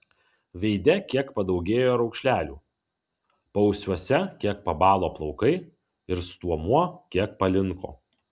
veide kiek padaugėjo raukšlelių paausiuose kiek pabalo plaukai ir stuomuo kiek palinko